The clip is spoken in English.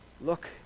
look